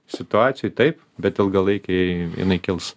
situacijoj taip bet ilgalaikėj jinai kils